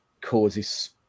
causes